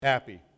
happy